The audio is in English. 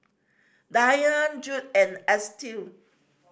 Dayna Judd and Estill